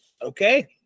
Okay